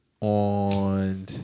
On